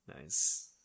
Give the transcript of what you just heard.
Nice